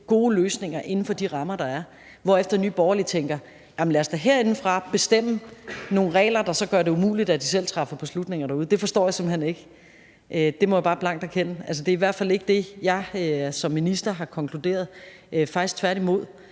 gode løsninger inden for de rammer, der er, er: Lad os da herindefra lave nogle regler, der så gør det umuligt, at de selv træffer beslutninger derude. Det forstår jeg simpelt hen ikke. Det må jeg bare blankt erkende. Det er i hvert fald ikke det, jeg som minister har konkluderet, faktisk tværtimod.